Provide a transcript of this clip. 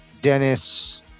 Dennis